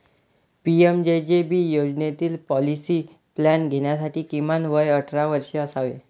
PMJJB योजनेतील policy plan घेण्यासाठी किमान वय अठरा वर्षे असावे